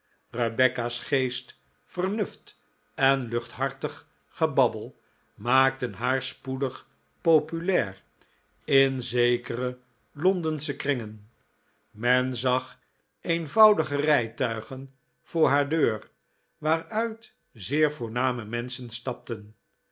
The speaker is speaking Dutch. rebecca's geest vernuft en luchthartig gebabbel maakten haar spoedig populair in zekere londensche kringen men zag eenvoudige rijtuigen voor haar deur waaruit zeer voorname menschen stapten